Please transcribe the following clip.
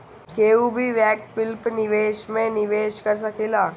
केहू भी वैकल्पिक निवेश में निवेश कर सकेला